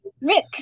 Rick